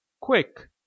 quick